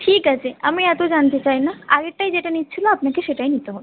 ঠিক আছে আমি এত জানতে চাই না আগেরটায় যেটা নিচ্ছিল আপনাকে সেটাই নিতে হবে